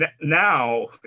Now